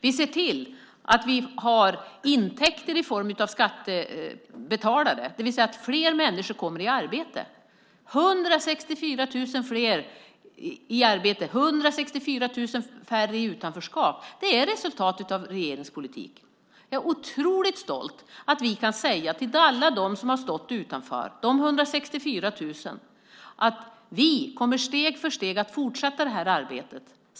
Vi ser till att vi får intäkter i form av skattebetalare, det vill säga att fler människor kommer i arbete. 164 000 fler i arbete, 164 000 färre i utanförskap - det är resultatet av regeringens politik. Jag är otroligt stolt över att vi kan säga till alla dem som stått utanför, de 164 000, att vi steg för steg kommer att fortsätta det här arbetet.